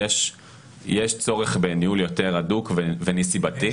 יש צורך בניהול יותר הדוק ונסיבתי.